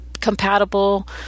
compatible